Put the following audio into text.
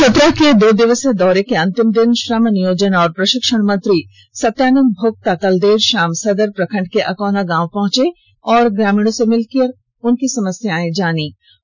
चतरा के दो दिवसीय दौरे के अंतिम दिन श्रम नियोजन और प्रशिक्षण मंत्री सत्यानंद भोक्ता कल देर शाम सदर प्रखंड के अकौना गांव पहुंचे और ग्रामीणों से मिलकर उनकी समस्याओं के समाधान का आश्वासन दिया